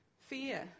fear